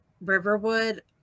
Riverwood